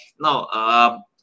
now